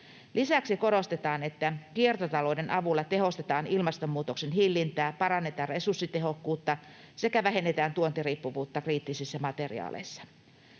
Lisäksi korostetaan, että kiertotalouden avulla tehostetaan ilmastonmuutoksen hillintää, parannetaan resurssitehokkuutta sekä vähennetään tuontiriippuvuutta kriittisissä materiaaleissa.